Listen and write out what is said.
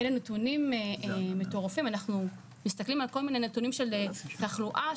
אנחנו מסתכלים על נתונים של תחלואה,